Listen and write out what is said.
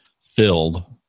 filled